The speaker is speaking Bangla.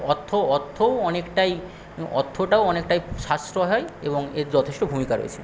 অর্থ অর্থও অনেকটাই অর্থটাও অনেকটাই সাশ্রয় হয় এবং এর যথেষ্ট ভূমিকা রয়েছে